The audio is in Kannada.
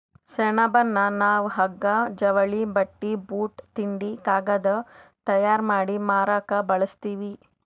ಸೆಣಬನ್ನ ನಾವ್ ಹಗ್ಗಾ ಜವಳಿ ಬಟ್ಟಿ ಬೂಟ್ ತಿಂಡಿ ಕಾಗದ್ ತಯಾರ್ ಮಾಡಿ ಮಾರಕ್ ಬಳಸ್ತೀವಿ